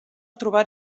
trobar